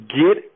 get